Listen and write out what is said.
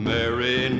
Mary